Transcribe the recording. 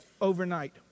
overnight